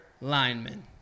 linemen